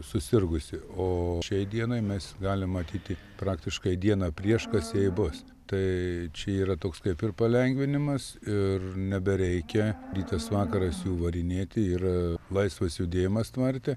susirgusi o šiai dienai mes galim matyti praktiškai dieną prieš kas jai bus tai čia yra toks kaip ir palengvinimas ir nebereikia rytas vakaras jų varinėti yra laisvas judėjimas tvarte